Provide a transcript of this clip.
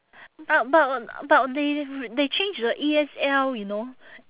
but but uh but they they changed the E_S_L you know